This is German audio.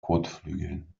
kotflügeln